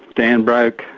stanbroke,